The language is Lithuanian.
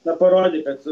na parodė kad